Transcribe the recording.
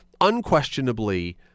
unquestionably